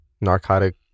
narcotic